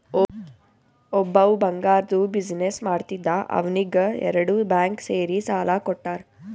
ಒಬ್ಬವ್ ಬಂಗಾರ್ದು ಬಿಸಿನ್ನೆಸ್ ಮಾಡ್ತಿದ್ದ ಅವ್ನಿಗ ಎರಡು ಬ್ಯಾಂಕ್ ಸೇರಿ ಸಾಲಾ ಕೊಟ್ಟಾರ್